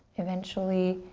eventually,